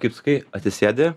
kaip sakai atsisėdi